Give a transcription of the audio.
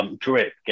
drip